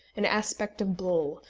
an aspect of buhl,